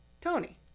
Tony